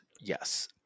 yes